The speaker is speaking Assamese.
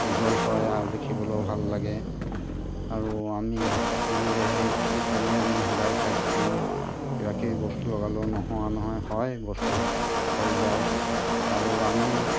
উজ্বল হয় আৰু দেখিবলৈও ভাল লাগে আৰু আমি শাক পাচলিয়ে সেই খেতি কৰি আমি সদায় খাই থাকোঁ কিবা কিবি বস্তু লগালেও নোহোৱা নহয় হয় বস্তু হৈ যায় আৰু আমি